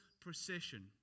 procession